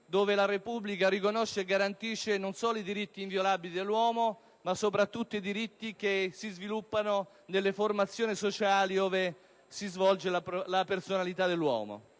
quale la Repubblica riconosce e garantisce non solo i diritti inviolabili dell'uomo, ma soprattutto quelli che si sviluppano nelle formazioni sociali ove si svolge la sua personalità. Pertanto